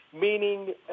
meaning –